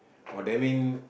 oh that mean